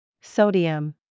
Sodium